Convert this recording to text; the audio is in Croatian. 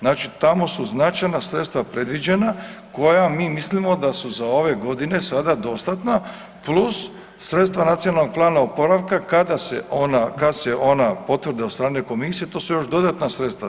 Znači tamo su značajna sredstva predviđena koja mi mislimo da su za ove godine sada dostatna plus sredstva Nacionalnog plana oporavka kad se ona potvrde od strane komisije to su još dodatna sredstva.